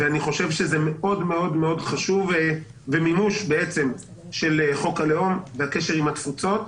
אני חושב שזה מאוד מאוד חשוב ומימוש של חוק הלאום והקשר עם התפוצות.